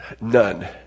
none